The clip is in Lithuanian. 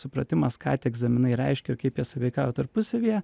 supratimas ką tie egzaminai reiškia ir kaip jie sąveikauja tarpusavyje